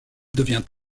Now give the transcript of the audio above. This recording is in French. devient